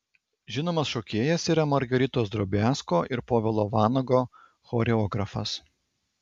žinomas šokėjas yra margaritos drobiazko ir povilo vanago choreografas